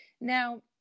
Now